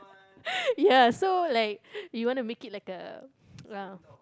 ya so like you wanna make it like a uh